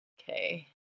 okay